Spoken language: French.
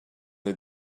nés